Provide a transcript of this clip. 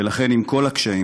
ולכן, עם כל הקשיים,